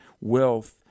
wealth